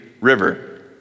River